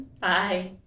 Bye